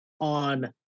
on